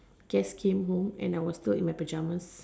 guests came home and I was still in my pajamas